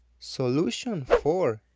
solution four,